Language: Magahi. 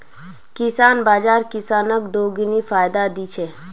किसान बाज़ार किसानक दोगुना फायदा दी छे